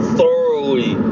thoroughly